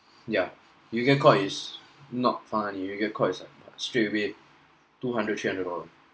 yeah you get caught is not funny you get caught it's like straight away two hundred three hundred dollars